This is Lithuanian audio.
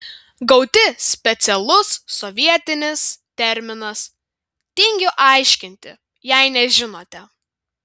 gauti specialus sovietinis terminas tingiu aiškinti jei nežinote